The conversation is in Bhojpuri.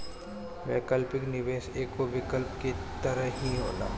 वैकल्पिक निवेश एगो विकल्प के तरही होला